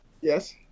Yes